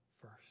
first